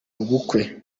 ubukwe